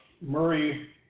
Murray